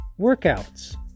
workouts